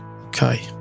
Okay